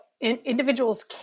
individuals